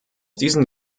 diesen